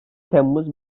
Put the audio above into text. temmuz